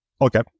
Okay